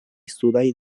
sudaj